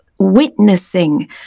witnessing